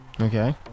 okay